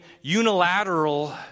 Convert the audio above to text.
unilateral